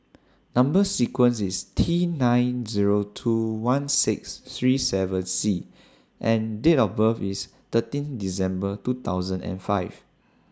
Number sequence IS T nine Zero two one six three seven C and Date of birth IS thirteen December two thousand and five